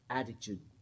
attitude